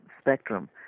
spectrum